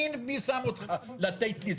מי שם אותך לתת לי?